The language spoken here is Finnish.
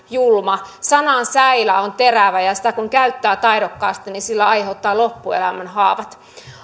julma sanan säilä on terävä ja sitä kun käyttää taidokkaasti niin sillä aiheuttaa loppuelämän haavat